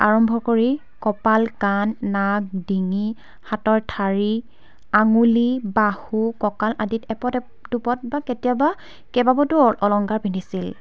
আৰম্ভ কৰি কপাল কাণ নাক ডিঙি হাতৰ ঠাৰি আঙুলি বাহু কঁকাল আদিত এপদ দুপদ বা কেতিয়াবা কেবাপাটো অলংকাৰ পিন্ধিছিল